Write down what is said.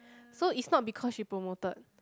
so it's not because she promoted